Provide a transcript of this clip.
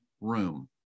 room